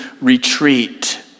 retreat